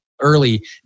early